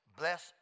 bless